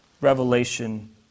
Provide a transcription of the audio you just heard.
revelation